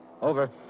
Over